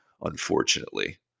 unfortunately